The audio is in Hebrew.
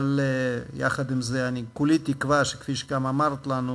אבל יחד עם זה כולי תקווה שכמו שגם אמרת לנו,